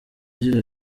yagize